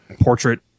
portrait